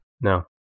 No